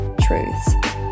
truths